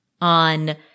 on